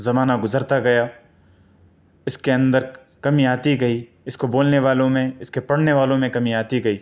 زمانہ گزرتا گیا اس کے اندر کمی آتی گئی اس کو بولنے والوں میں اس کے پڑھنے والوں میں کمی آتی گئی